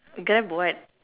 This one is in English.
Grab what